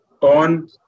on